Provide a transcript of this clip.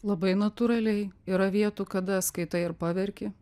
labai natūraliai yra vietų kada skaitai ir paverki